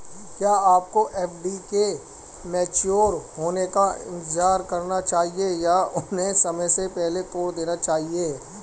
क्या आपको एफ.डी के मैच्योर होने का इंतज़ार करना चाहिए या उन्हें समय से पहले तोड़ देना चाहिए?